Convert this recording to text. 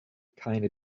keine